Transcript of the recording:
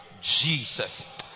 Jesus